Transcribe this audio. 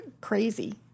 crazy